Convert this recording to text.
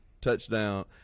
touchdown